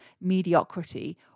mediocrity